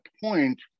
point